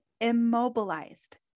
immobilized